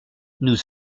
nous